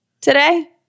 today